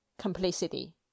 complicity